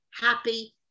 happy